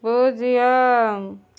பூஜ்ஜியம்